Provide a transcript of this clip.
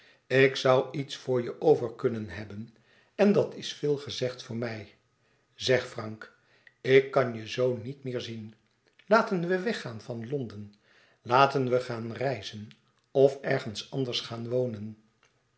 ik zoû iets voor je over kunnen hebben en dat is veel gezegd voor mij zeg frank ik kan je zoo niet meer zien laten we weggaan van londen laten we gaan reizen of ergens anders gaan wonen